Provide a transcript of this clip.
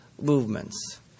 movements